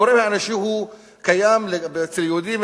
הגורם האנושי קיים אצל יהודים,